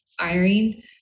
firing